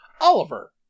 Oliver